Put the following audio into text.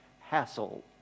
hassle